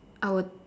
I would